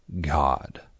God